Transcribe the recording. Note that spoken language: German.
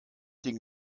den